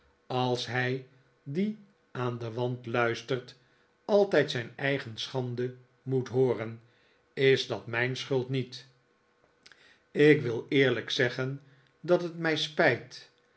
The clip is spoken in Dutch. als hij die aan den wand luistert altijd zijn eigen schande moet hooren is dat mijn schuld niet ik wil eerlijk zeggen dat het mij spijt